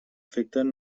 afecten